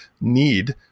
need